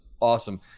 awesome